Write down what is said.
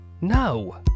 No